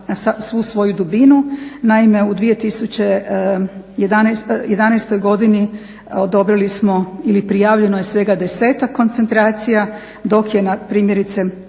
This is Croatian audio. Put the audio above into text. Naime, u 2011. godini odobrili smo ili prijavljeno je svega desetak koncentracija dok je primjerice